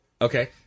Okay